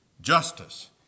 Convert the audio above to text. Justice